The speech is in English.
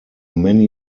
many